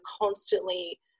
constantly